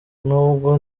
n’ubwo